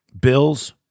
Bills